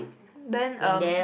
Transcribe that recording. then um